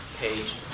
page